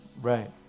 right